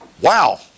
Wow